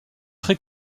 très